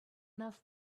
enough